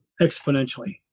exponentially